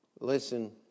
listen